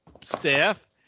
staff